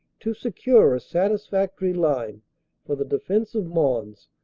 to secure a satisfactory line for the defense of mons,